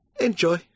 Enjoy